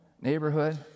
neighborhood